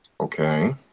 Okay